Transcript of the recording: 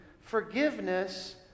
forgiveness